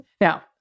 Now